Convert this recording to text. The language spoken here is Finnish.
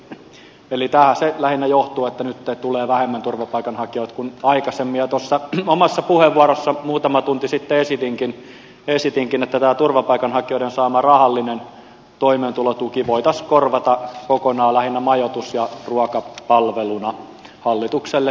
eli tästä se lähinnä johtuu että nyt tulee vähemmän turvapaikanhakijoita kuin aikaisemmin ja tuossa omassa puheenvuorossani muutama tunti sitten esitinkin että tämä turvapaikanhakijoiden saama rahallinen toimeentulotuki voitaisiin korvata kokonaan lähinnä majoitus ja ruokapalveluna hallitukselle vinkiksi